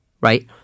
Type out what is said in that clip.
right